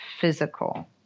physical